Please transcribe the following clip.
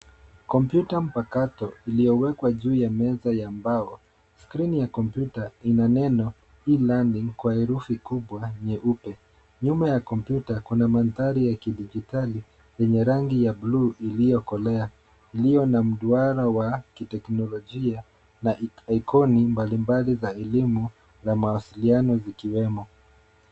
Kompyuta mpakato iliyowekwa juu ya meza ya mbao. Skreeni ya kompyuta ina neno (cs) E-LEARNING (cs) kwa herufi kubwa nyeupe. Nyuma ya kompyuta kuna mandhari ya kidijitali yenye rangi ya (cs) blue (cs) iyokolea, iliyo na mduara wa kiteknolojia na ikon mbalimbali za elimu na mawasiliano zikiwemo.